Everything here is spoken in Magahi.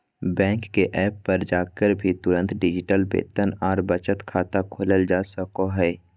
बैंक के एप्प पर जाके भी तुरंत डिजिटल वेतन आर बचत खाता खोलल जा सको हय